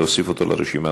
להוסיף אותו לרשימה,